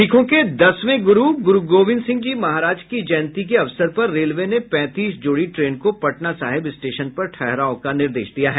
सिखों के दसवें गुरू गोविंद सिंह जी महाराज के जयंती के अवसर पर रेलवे ने पैंतीस जोड़ी ट्रेन को पटना साहिब स्टेशन पर ठहराव का निर्देश दिया है